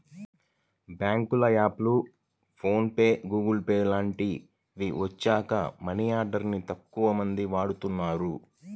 బ్యేంకుల యాప్లు, PhonePe, Google Pay లాంటివి వచ్చాక మనీ ఆర్డర్ ని తక్కువమంది వాడుతున్నారు